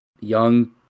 young